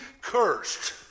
cursed